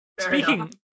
Speaking